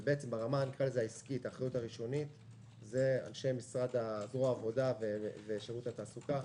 אבל ברמת האחריות הראשונית זה אנשי זרוע העבודה ושירות התעסוקה,